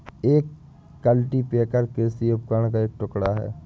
एक कल्टीपैकर कृषि उपकरण का एक टुकड़ा है